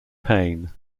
pain